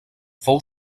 fou